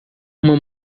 uma